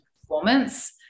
performance